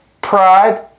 Pride